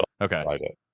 okay